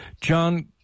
John